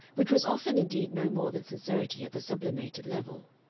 which was often indeed no more than sincerity at the sublimated level.